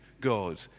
God